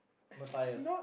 Matthias